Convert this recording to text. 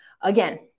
Again